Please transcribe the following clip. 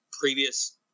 previous